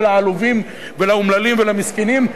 ולעלובים ולאומללים ולמסכנים,